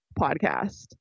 podcast